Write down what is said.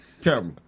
Terrible